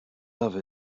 love